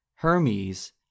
Hermes